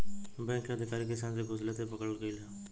bank के अधिकारी किसान से घूस लेते पकड़ल गइल ह